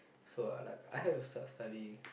so I like I have to start studying